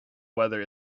weather